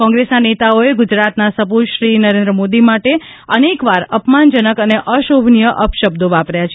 કોંગ્રેસના નેતાઓએ ગુજરાતના સપુત શ્રી નરેન્દ્રમોદી માટે અનેકવાર અપમાનજનક અને અશોભનીય અપશબ્દો વાપર્યા છે